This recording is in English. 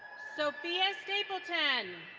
sophia stapleton.